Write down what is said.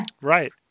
Right